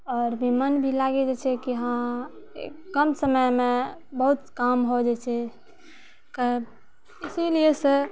आओर भी मन भी लागि जाइ छै कि हँ कम समयमे बहुत काम हो जाइ छै करल इसिलियै सँ